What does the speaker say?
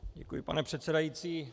Děkuji, pane předsedající.